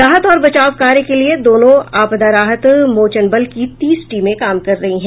राहत और बचाव कार्य के लिए दोनों आपदा राहत मोचन बल की तीस टीमें काम कर रहीं हैं